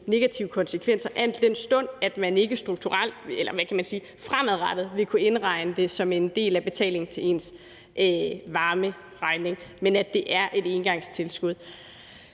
negative konsekvenser, al den stund at man ikke fremadrettet vil kunne indregne det som en del af betalingen til ens varmeregning, men at det er et engangstilskud.